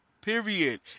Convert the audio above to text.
Period